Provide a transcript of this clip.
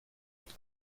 mit